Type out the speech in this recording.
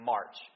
March